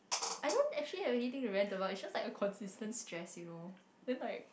I don't actually have anything to rant about is just like a consistent stress you know then like